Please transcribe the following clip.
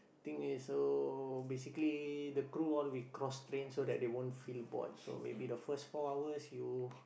thing is so basically the crew all we cross trains so that they won't feel bored so maybe the first four hours you